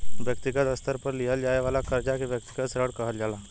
व्यक्तिगत स्तर पर लिहल जाये वाला कर्जा के व्यक्तिगत ऋण कहल जाला